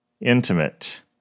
intimate